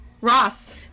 Ross